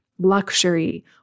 luxury